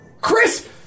Chris